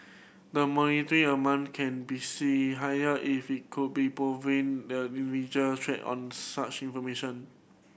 the amount can be see higher if it could be proven the traded on such information